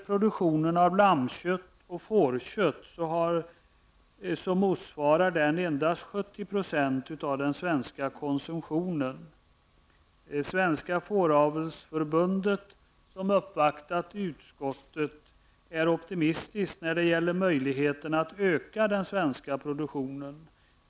Produktionen av lammkött och fårkött motsvarar endast 70 % av den svenska konsumtionen. Svenska fåravelsförbundet -- som uppvaktat utskottet -- är optimistiskt när det gäller möjligheterna att öka den svenska produktionen.